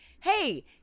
hey